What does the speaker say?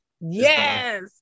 Yes